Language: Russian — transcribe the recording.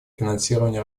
финансировании